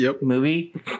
movie